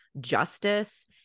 justice